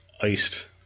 Iced